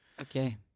Okay